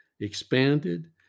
expanded